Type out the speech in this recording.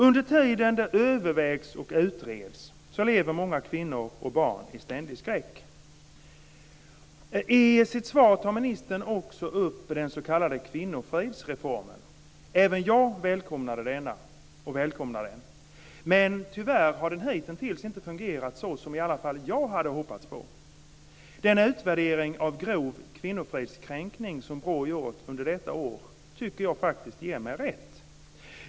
Under tiden som det övervägs och utreds lever många kvinnor och barn i ständig skräck. I sitt svar tar ministern också upp den s.k. kvinnofridsreformen. Även jag välkomnar denna. Men tyvärr har den hitintills inte fungerat så som i alla fall jag hade hoppats på. Den utvärdering av grov kvinnofridskränkning som BRÅ gjort under detta år tycker jag faktiskt ger mig rätt.